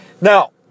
Now